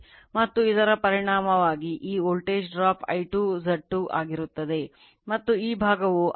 ಮತ್ತು ಇದರ ಪರಿಣಾಮವಾಗಿ ಈ voltage drop I2 Z 2 ಆಗಿರುತ್ತದೆ ಮತ್ತು ಈ ಭಾಗವು I2 I1 Z 1 ಆಗಿರುತ್ತದೆ